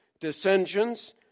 dissensions